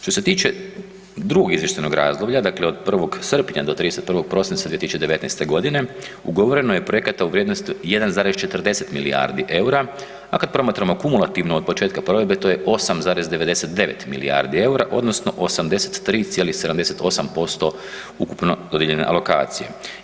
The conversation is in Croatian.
Što se tiče drugog izvještajnoj razdoblja, dakle od 1. srpnja do 31. prosinca 2019. godine ugovoreno je projekata u vrijednosti 1,40 milijardi EUR-a, a kad promatramo kumulativno od početka provedbe to je 8,99 milijardi EUR-a odnosno 83,78% ukupno dodijeljene alokacije.